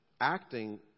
acting